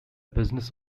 business